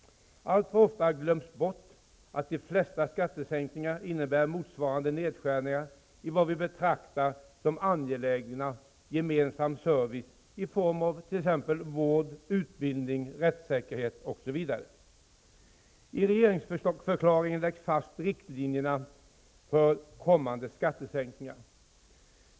Alltför ofta glöms det bort att de flesta skattesänkningar innebär motsvarande nedskärningar i vad vi betraktar som angelägen gemensam service i form av t.ex. vård, utbildning och rättssäkerhet. I regeringsförklaringen läggs riktlinjerna för kommande skattesänkningar fast.